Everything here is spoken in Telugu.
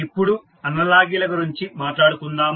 ఇప్పుడు అనాలజీల గురించి మాట్లాడుకుందాము